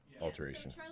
alteration